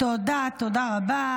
תודה, תודה רבה.